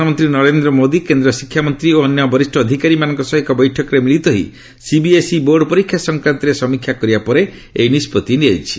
ପ୍ରଧାନମନ୍ତ୍ରୀ ନରେନ୍ଦ୍ର ମୋଦୀ କେନ୍ଦ୍ର ଶିକ୍ଷାମନ୍ତ୍ରୀ ଓ ଅନ୍ୟ ବରିଷ୍ଣ ଅଧିକାରୀମାନଙ୍କ ସହ ଏକ ବୈଠକରେ ମିଳିତ ହୋଇ ସିବିଏସ୍ଇ ବୋର୍ଡ ପରୀକ୍ଷା ସଂକ୍ରାନ୍ତରେ ସମୀକ୍ଷା କରିବା ପରେ ଏହି ନିଷ୍ପଭି ନିଆଯାଇଛି